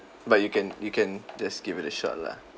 but you can you can just give it a shot lah